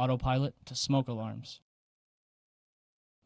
auto pilot to smoke alarms